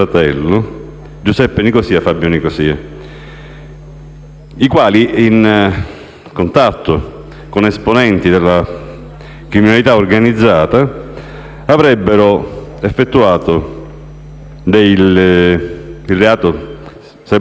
i quali, in contatto con esponenti della criminalità organizzata, sarebbero incorsi nel reato di scambio politico-mafioso.